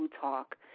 Talk